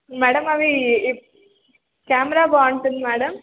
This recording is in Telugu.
మేడమ్ అవి కామెరా బాగుంటుంది మ్యాడమ్